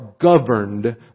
governed